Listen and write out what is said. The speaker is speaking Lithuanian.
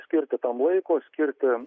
skirti tam laiko skirti